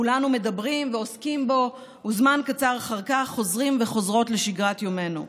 כולנו מדברים ועוסקים בו וזמן קצר אחר כך חוזרים וחוזרות לשגרת יומנו.